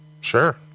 Sure